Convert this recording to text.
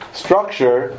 structure